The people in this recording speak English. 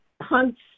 hunts